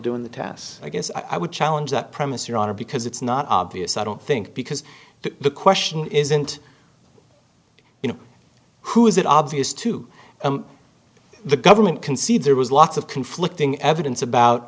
doing the tests i guess i would challenge that premise your honor because it's not obvious i don't think because the question isn't you know who is it obvious to the government concede there was lots of conflicting evidence about